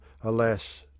alas